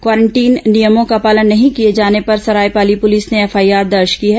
quarantine नियमों का पालन नहीं किए जाने पर सरायपाली पुलिस ने एफआईआर दर्ज की है